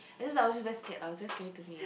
I just I was very scared lah it was very scary to me